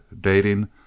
dating